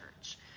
church